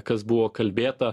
kas buvo kalbėta